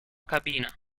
cabina